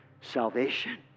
salvation